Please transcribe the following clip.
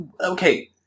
okay